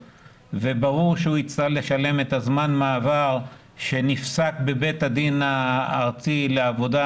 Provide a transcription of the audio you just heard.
וברור שהוא יצטרך לשלם את זמן המעבר שנפסק בבית הדין הארצי לעבודה,